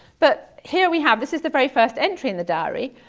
but here we have, this is the very first entry in the diary.